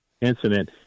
incident